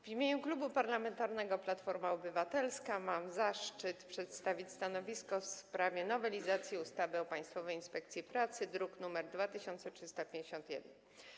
W imieniu Klubu Parlamentarnego Platforma Obywatelska mam zaszczyt przedstawić stanowisko w sprawie nowelizacji ustawy o Państwowej Inspekcji Pracy, druk nr 2351.